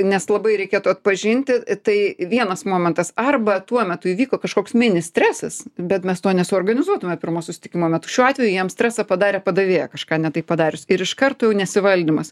nes labai reikėtų atpažinti tai vienas momentas arba tuo metu įvyko kažkoks mini stresas bet mes to nesuorganizuotume pirmo susitikimo metu šiuo atveju jam stresą padarė padavėja kažką ne taip padarius ir iš karto jau nesivaldymas